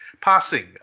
Passing